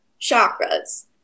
chakras